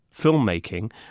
filmmaking